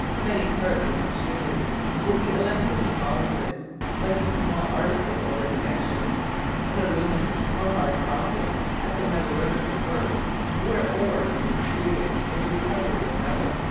many parts of machinery will be electro-deposited like the small articles already mentioned in aluminium or hard copper at the metallurgical works where ore is being treated for the recovery of metal,